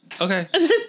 Okay